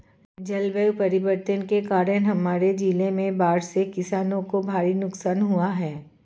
जलवायु परिवर्तन के कारण हमारे जिले में बाढ़ से किसानों को भारी नुकसान हुआ है